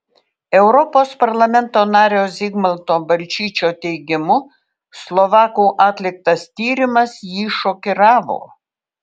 europos parlamento nario zigmanto balčyčio teigimu slovakų atliktas tyrimas jį šokiravo